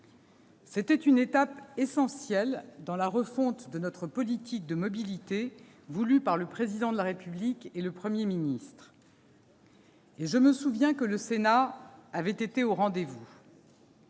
C'était une étape essentielle dans la refonte de notre politique de mobilité voulue par le Président de la République et le Premier ministre ; je me souviens que le Sénat avait été au rendez-vous.